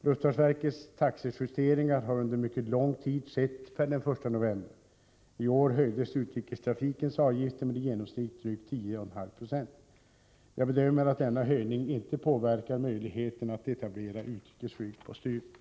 Luftfartsverkets taxejusteringar har under mycket lång tid skett per den 1 november. I år höjdes utrikestrafikens avgifter med i genomsnitt drygt 10,5 HR. Jag bedömer att denna höjning inte påverkar möjligheterna att etablera utrikesflyg på Sturup.